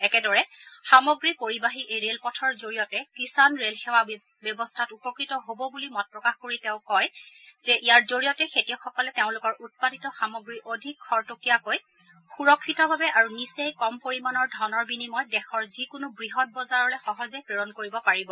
একেদৰে সামগ্ৰী পৰিবাহী এই ৰেলপথৰ জৰিয়তে কিষাণ ৰেল সেৱা ব্যৱস্থাত উপকৃত হ'ব বুলি মত প্ৰকাশ কৰি তেওঁ কয় যে ইয়াৰ জৰিয়তে খেতিয়কসকলে তেওঁলোকৰ উৎপাদিত সামগ্ৰী অধিক খৰতকীয়াকৈ সুৰক্ষিতভাৱে আৰু নিচেই কম পৰিমাণৰ ধনৰ বিনিময়ত দেশৰ যিকোনো বৃহৎ বজাৰলৈ সহজে প্ৰেৰণ কৰিব পাৰিব